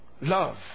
Love